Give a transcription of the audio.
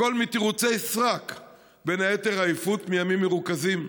הכול תירוצי סרק, בין היתר עייפות מימים מרוכזים.